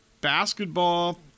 basketball